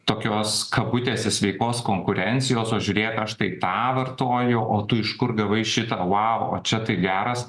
tokios kabutėse sveikos konkurencijos o žiūrėk aš tai tą vartoju o tu iš kur gavai šitą lapą o čia tai geras